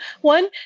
one